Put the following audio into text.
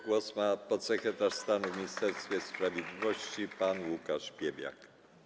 Głos ma podsekretarz stanu w Ministerstwie Sprawiedliwości pan Łukasz Piebiak.